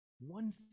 One